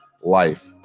life